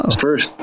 first